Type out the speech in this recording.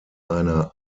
einer